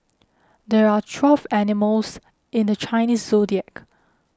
there are twelve animals in the Chinese zodiac